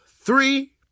three